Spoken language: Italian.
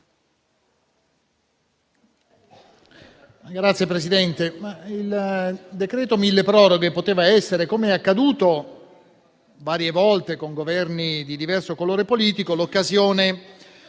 cosiddetto milleproroghe poteva essere, come è accaduto varie volte con Governi di diverso colore politico, l'occasione